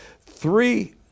Three